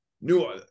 new